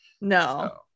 No